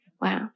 Wow